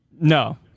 No